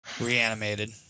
Reanimated